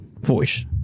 voice